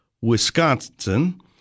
Wisconsin